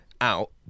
out